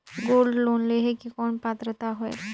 Gold loan लेहे के कौन पात्रता होएल?